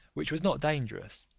which was not dangerous,